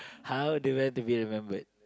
how do you have to remembered